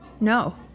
no